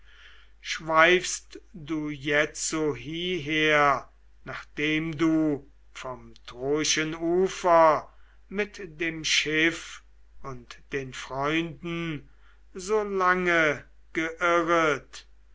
schweifst du jetzo hieher nachdem du vom troischen ufer mit dem schiff und den freunden so lange geirret